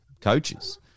coaches